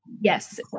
Yes